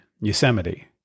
Yosemite